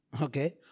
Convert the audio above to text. Okay